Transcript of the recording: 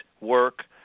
work